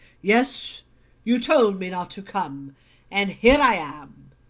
yes you told me not to come and here i am.